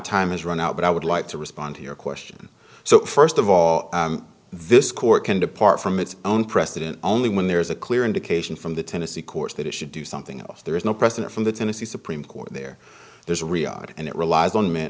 time has run out but i would like to respond to your question so first of all this court can depart from its own precedent only when there is a clear indication from the tennessee courts that it should do something else there is no precedent from the tennessee supreme court there there's riyad and it relies on m